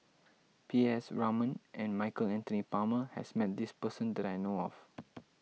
P S Raman and Michael Anthony Palmer has met this person that I know of